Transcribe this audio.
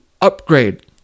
upgrade